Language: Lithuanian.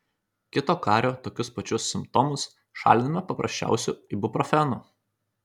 kito kario tokius pačius simptomus šalinome paprasčiausiu ibuprofenu